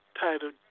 titled